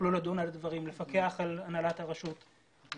יוכלו לדון על הדברים, לפקח על הנהלת הרשות וכולי.